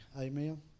Amen